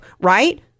right